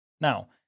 Now